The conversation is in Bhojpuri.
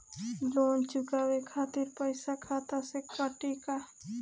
लोन चुकावे खातिर पईसा खाता से कटी का?